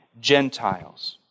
Gentiles